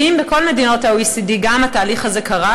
כי אם בכל מדינות ה-OECD גם התהליך הזה קרה,